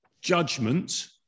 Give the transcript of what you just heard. judgment